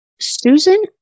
Susan